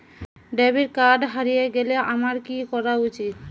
Debit card হারিয়ে গেলে আমার কি করা উচিৎ?